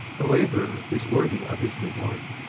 the labourer is worthy of his reward.